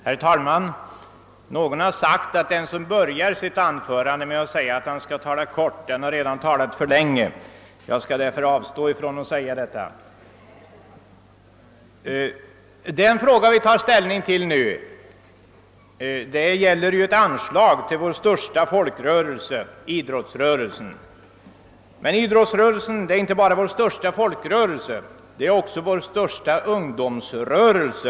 Herr talman! Någon har sagt att den som börjar sitt anförande med att förklara att han skall fatta sig kort har redan talat för länge. Jag skall därför avstå från att säga detta. Den fråga vi nu skall ta ställning till gäller ett anslag till vår största folkrörelse, idrottsrörelsen. Men den är inte bara vår största folkrörelse utan också vår största ungdomsrörelse.